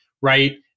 right